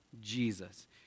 jesus